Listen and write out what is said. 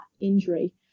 injury